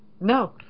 No